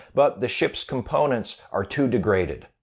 but the ship's components are too degraded.